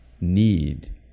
need